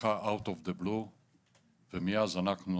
ככה משום מקום ומאז אנחנו